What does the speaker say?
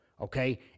okay